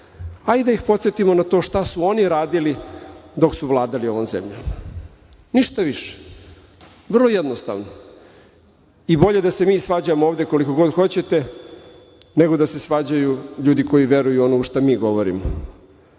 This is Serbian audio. a i da ih podsetimo na to šta su oni radili dok su vladali ovom zemljom, ništa više. Vrlo jednostavno. I bolje da se mi svađamo ovde koliko god hoćete, nego da se svađaju ljudi koji veruju u ono šta mi govorimo.